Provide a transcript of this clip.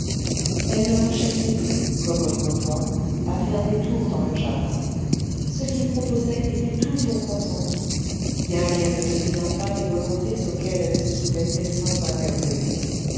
elle ne rechignait plus comme autrefois à faire des tours dans le jardin ce qu'il proposait était toujours consenti bien qu'elle ne devinât pas les volontés auxquelles elle se soumettait sans un murmure